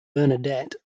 bernadette